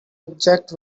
object